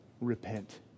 Repent